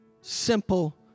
simple